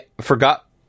forgot